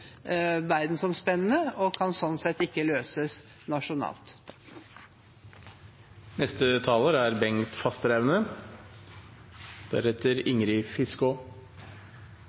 verdensomspennende og kan sånn sett ikke løses nasjonalt.